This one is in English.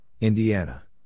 Indiana